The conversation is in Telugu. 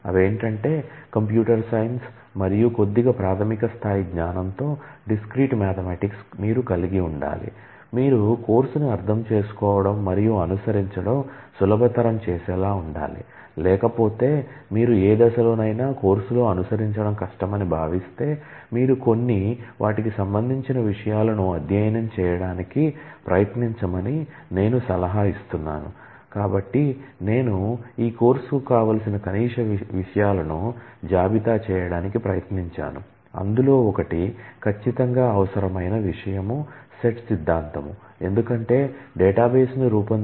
అవేంటంటే కంప్యూటర్ సైన్స్ రూపొందించబడే క్రమం లో ప్రాథమికంగా ఇది చాలా ముఖ్యమైనది